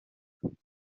groupe